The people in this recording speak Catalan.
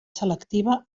selectiva